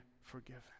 forgiven